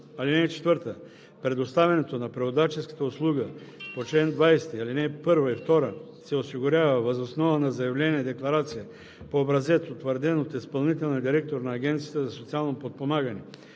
лице. (4) Предоставянето на преводаческата услуга по чл. 20, ал. 1 и 2 се осигурява въз основа на заявление-декларация по образец, утвърден от изпълнителния директор на Агенцията за социално подпомагане,